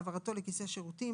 העברתו לכיסא שירותים,